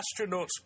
Astronauts